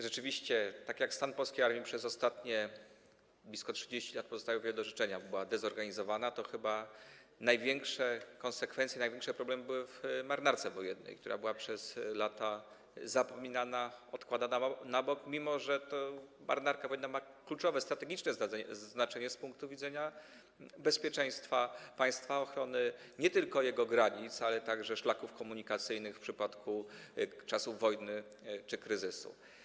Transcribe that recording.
Rzeczywiście, tak jak stan polskiej armii przez ostatnie blisko 30 lat pozostawiał wiele do życzenia, bo była dezorganizowana, tak chyba największe konsekwencje, największe problemy dotykały Marynarki Wojennej, która przez lata była zapomniana, odkładana na bok, mimo że to Marynarka Wojenna ma kluczowe, strategiczne znaczenie z punktu widzenia bezpieczeństwa państwa i ochrony nie tylko jego granic, ale i szlaków komunikacyjnych na wypadek wojny czy kryzysu.